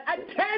Attend